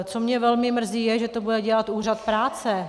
Co mě velmi mrzí, je, že to bude dělat úřad práce.